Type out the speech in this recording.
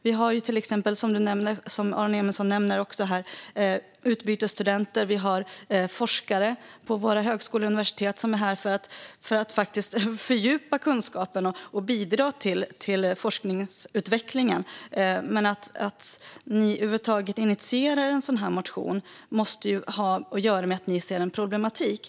Vi har till exempel, som Aron Emilsson nämnde, utbytesstudenter och forskare på våra högskolor och universitet som är här för att faktiskt fördjupa kunskaperna och bidra till forskningsutvecklingen. Att ni över huvud taget initierar en sådan motion måste ha att göra med att ni ser en problematik.